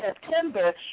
September